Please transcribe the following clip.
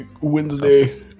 wednesday